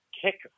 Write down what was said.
kick